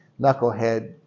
knucklehead